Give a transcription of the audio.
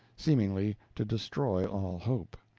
seemingly to destroy all hope.